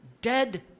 dead